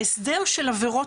ההסדר של עבירות